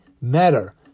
matter